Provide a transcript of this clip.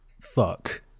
fuck